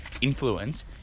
influence